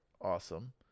awesome